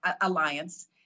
Alliance